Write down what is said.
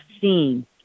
seen